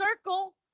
circle